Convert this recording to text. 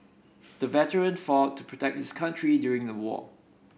the veteran fought to protect his country during the war